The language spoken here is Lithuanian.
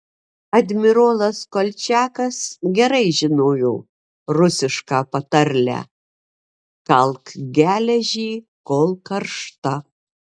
admirolas kolčiakas gerai žinojo rusišką patarlę kalk geležį kol karšta